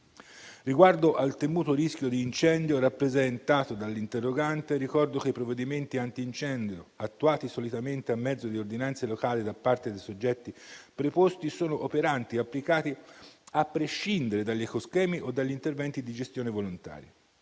Riguardo al temuto rischio di incendio rappresentato dall'interrogante, ricordo che i provvedimenti antincendio, attuati solitamente a mezzo di ordinanze locali da parte dei soggetti preposti, sono operanti e applicati a prescindere dagli ecoschemi o dagli interventi di gestione volontari.